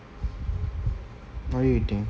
what are you eating